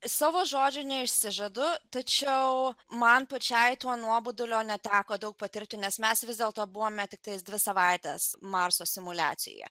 savo žodžių neišsižadu tačiau man pačiai tuo nuobodulio neteko daug patirti nes mes vis dėlto buvome tiktais dvi savaites marso simuliacijoje